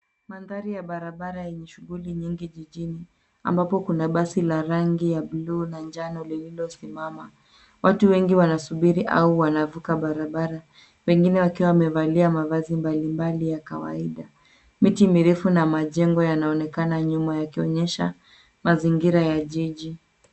Mandhari ya barabara yenye shuguli nyingi jijini, ambapo kuna basi la rangi ya buluu na njano lililosimama. Watu wengi wansubuiri au wanavuka barabara, wengine wakiwa wamevalia mavazi mbalimbali ya kawaida. Miti mirefu na majengo yanaonekana nyuma yakionyesha mazingira ya jiji.